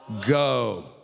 go